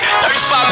35